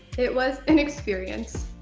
it was an experience.